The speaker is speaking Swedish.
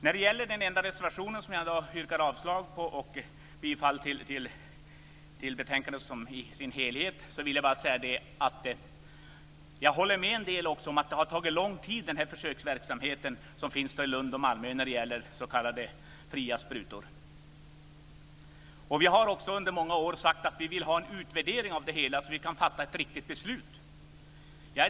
Jag yrkar avslag på den enda reservationen och bifall till hemställan i betänkandet i dess helhet. Jag håller med om att den här försöksverksamheten med fria sprutor som finns i Lund och Malmö har pågått för länge. Vi har under många år sagt att vi vill ha en utvärdering av detta så att vi kan fatta ett riktigt beslut.